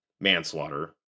manslaughter